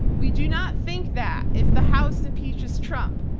we do not think that if the house impeaches trump,